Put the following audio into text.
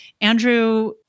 Andrew